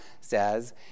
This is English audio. says